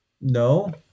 no